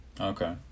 Okay